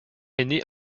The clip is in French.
aîné